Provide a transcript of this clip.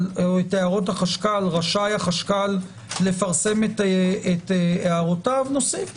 או את הערות החשכ"ל רשאי החשכ"ל לפרסם את הערותיו נוסיף.